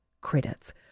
credits